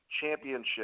Championship